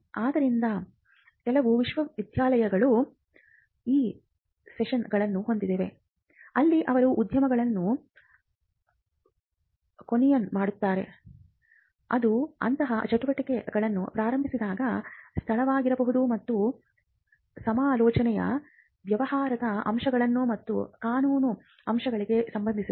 ಆದ್ದರಿಂದ ಹೌದು ಕೆಲವು ವಿಶ್ವವಿದ್ಯಾನಿಲಯಗಳು ಇ ಸೆಲ್ಗಳನ್ನು ಹೊಂದಿವೆ ಅಲ್ಲಿ ಅವರು ಉದ್ಯಮಿಗಳನ್ನು ಕೌನ್ಸಿಲ್ ಮಾಡುತ್ತಾರೆ ಅದು ಅಂತಹ ಚಟುವಟಿಕೆಯನ್ನು ಪ್ರಾರಂಭಿಸಬಹುದಾದ ಸ್ಥಳವಾಗಿರಬಹುದು ಮತ್ತು ಸಮಾಲೋಚನೆಯು ವ್ಯವಹಾರದ ಅಂಶಗಳು ಮತ್ತು ಕಾನೂನು ಅಂಶಗಳಿಗೆ ಸಂಬಂಧಿಸಿದೆ